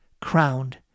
crowned